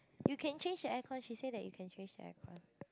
you can change the aircon she say that you can change the air con